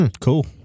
Cool